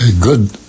good